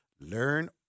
learn